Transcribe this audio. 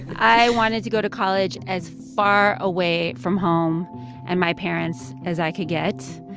i wanted to go to college as far away from home and my parents as i could get.